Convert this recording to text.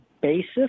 basis